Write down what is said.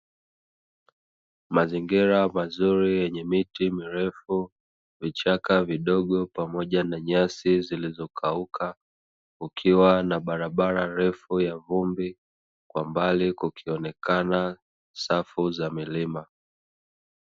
Mazingira mazuri yenye miti mirefu, vichaka vidogo pamoja na nyasi zilizokauka kukiwa na barabara ndefu ya vumbi, kwa mbali kukionekana safu za milima.